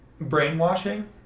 Brainwashing